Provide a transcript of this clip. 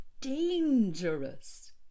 dangerous